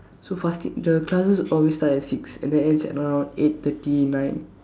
so fasting the classes always start at six and then ends around eight thirty nine